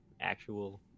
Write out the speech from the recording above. Actual